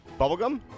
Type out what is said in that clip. Bubblegum